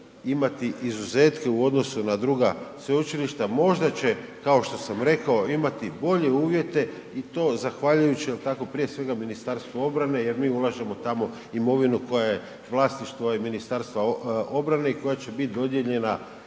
imati izuzetke u odnosu na druga sveučilišta, možda će kao što sam rekao, imati bolje uvjete i ti zahvaljujući jel' tako, prije svega Ministarstvu obrane jer mi ulažemo tamo imovinu koja je vlasništvo Ministarstva obrane i koja će bit dodijeljena